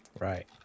right